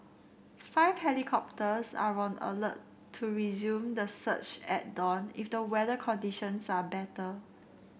five helicopters are on alert to resume the search at dawn if the weather conditions are better